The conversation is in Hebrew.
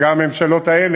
וגם הממשלות האלה